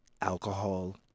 alcohol